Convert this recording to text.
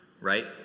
right